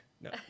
No